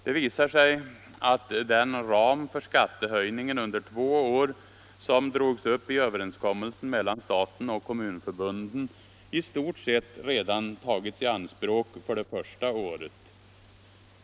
Det visar sig att den ram för skattehöjningen under två år som drogs upp i överenskommelsen mellan staten och kommunförbunden i stort sett redan tagits i anspråk för det första året.